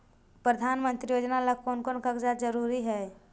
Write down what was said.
प्रधानमंत्री योजना ला कोन कोन कागजात जरूरी है?